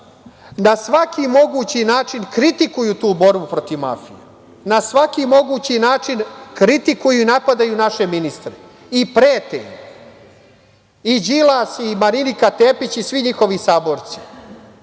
na svaki mogući način kritikuju tu borbu protiv mafije, na svaki mogući način kritikuju i napadaju naše ministre i prete im, i Đilas i Marinika Tepić i svi njihovi saborci.